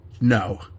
No